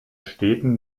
städten